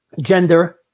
gender